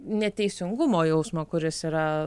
neteisingumo jausmo kuris yra